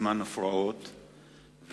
זמן הפרעות,